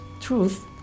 truth